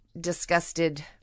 disgusted